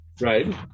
right